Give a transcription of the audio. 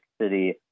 City